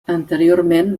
anteriorment